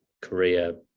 Korea